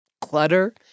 clutter